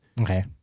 Okay